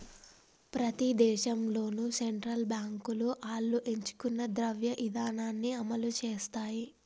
ప్రతి దేశంలోనూ సెంట్రల్ బాంకులు ఆళ్లు ఎంచుకున్న ద్రవ్య ఇదానాన్ని అమలుసేత్తాయి